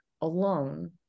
alone